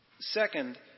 Second